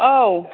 औ